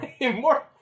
more